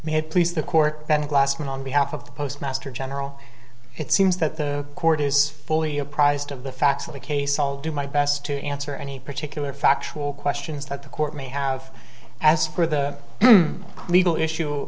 please the court then glassman on behalf of the postmaster general it seems that the court is fully apprised of the facts of the case i'll do my best to answer any particular factual questions that the court may have as for the legal issue